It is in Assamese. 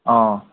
অ